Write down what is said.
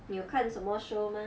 你有看什么 show 吗